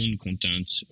content